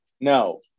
No